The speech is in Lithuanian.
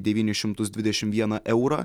devynis šimtus dvidešim vieną eurą